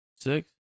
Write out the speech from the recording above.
six